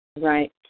Right